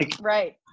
Right